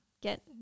get